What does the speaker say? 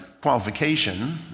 qualification